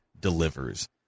delivers